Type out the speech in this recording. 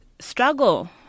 struggle